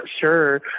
sure